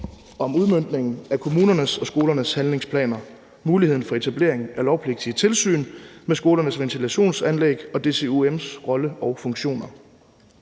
om udmøntningen af kommunernes og skolernes handlingsplaner, muligheden for etablering af lovpligtige tilsyn med skolernes ventilationsanlæg og DCUM's rolle og funktioner.